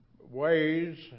ways